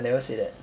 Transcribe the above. I never say that